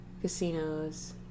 casinos